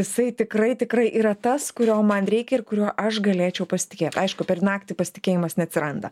jisai tikrai tikrai yra tas kurio man reikia ir kuriuo aš galėčiau pasitikėti aišku per naktį pasitikėjimas neatsiranda